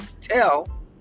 tell